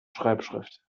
schreibschrift